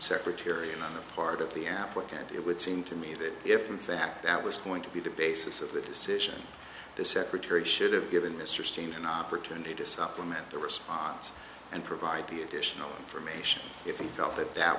secretary and part of the applicant it would seem to me that if in fact that was going to be the basis of the decision the secretary should have given mr stream an opportunity to supplement the response and provide the additional information if he felt that that